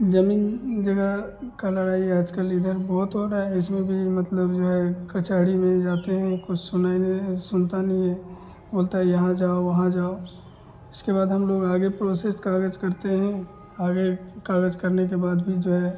ज़मीन जगह की लड़ाई आज कल इधर बहुत हो रहा है इसमें भी मतलब जो है कचहरी में जाते हैं कुछ सुनाई नहीं सुनते नहीं है बोलता है यहाँ जाओ वहाँ जाओ इसके बाद हम लोग आगे प्रोसेस काग़ज़ करते हैं आगे काग़ज़ करने के बाद भी जो है